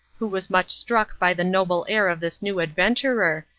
who was much struck by the noble air of this new adventurer,